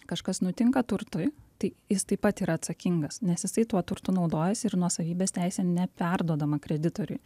kažkas nutinka turtui tai jis taip pat yra atsakingas nes jisai tuo turtu naudojasi ir nuosavybės teisė neperduodama kreditoriui